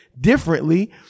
differently